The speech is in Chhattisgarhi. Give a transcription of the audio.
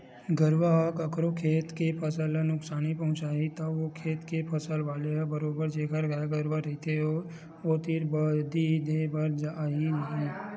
गरुवा ह कखरो खेत के फसल ल नुकसानी पहुँचाही त ओ खेत के फसल वाले ह बरोबर जेखर गाय गरुवा रहिथे ओ तीर बदी देय बर आही ही